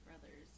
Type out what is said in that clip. Brothers